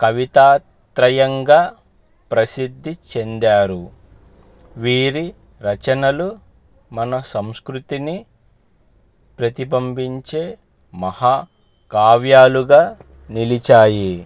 కవితాత్రయంగా ప్రసిద్ధి చెందారు వీరి రచనలు మన సంస్కృతిని ప్రతిబింబించే మహా కావ్యాలుగా నిలిచాయి